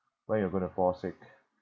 when you're gonna fall sick